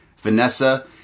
Vanessa